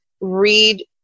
read